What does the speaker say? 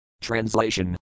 Translation